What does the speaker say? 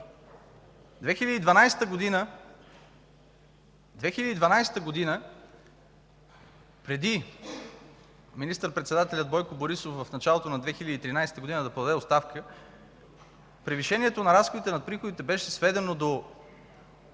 година, преди министър-председателят Бойко Борисов в началото на 2013 г. да подаде оставка, превишението на разходите над приходите беше сведено до